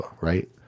right